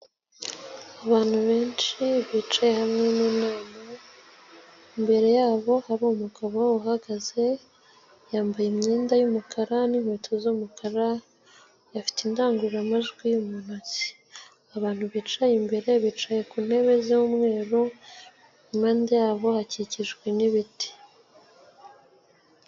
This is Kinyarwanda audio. Abantu benshi bicaye hamwe mu nama, imbere yabo hari umugabo uhagaze yambaye imyenda y'umukara n'inkweto z'umukara afite indangururamajwi mu ntoki, abantu bicaye imbere bicaye ku ntebe z'umweru impande yabo hakikijwe n'ibiti.